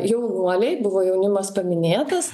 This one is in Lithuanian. jaunuoliai buvo jaunimas paminėtas